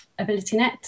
AbilityNet